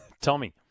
Tommy